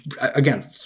Again